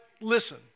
listen